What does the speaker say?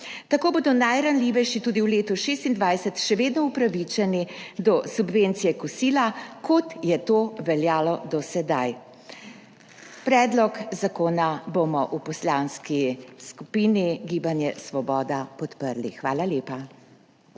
Tako bodo najranljivejši tudi v letu 2026 še vedno upravičeni do subvencije kosila, kot je to veljalo do sedaj. Predlog zakona bomo v Poslanski skupini Svoboda podprli. Hvala lepa.